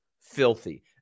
filthy